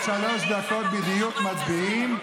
עוד שלוש דקות בדיוק מצביעים.